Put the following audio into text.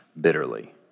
bitterly